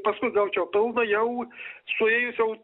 paskui gaučiau pilną jau suėjus jau